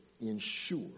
ensure